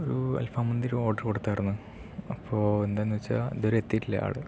ഒരു അൽഫാം മന്തി ഓർഡർ കൊടുത്തായിരുന്നു അപ്പോൾ എന്താന്നുവെച്ചാൽ ഇതുവരെ എത്തിയിട്ടില്ല ആള്